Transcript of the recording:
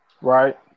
right